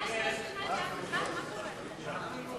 ההצעה להסיר מסדר-היום את הצעת חוק הספורט (תיקון,